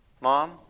Mom